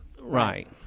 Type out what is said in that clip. right